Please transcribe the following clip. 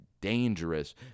dangerous